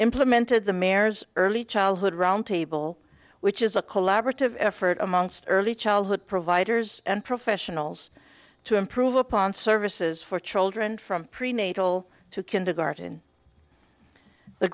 implemented the mare's early childhood roundtable which is a collaborative effort amongst early childhood providers and professionals to improve upon services for children from prenatal to kindergarten the